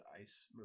ice